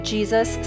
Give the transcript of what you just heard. Jesus